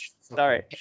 Sorry